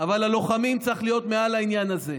אבל הלוחמים צריכים להיות מעל העניין הזה.